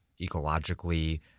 ecologically